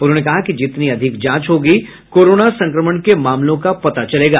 उन्होंने कहा कि जितनी अधिक जांच होगी कोरोना संक्रमण के मामलों का पता चलेगा